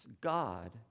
God